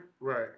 Right